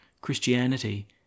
Christianity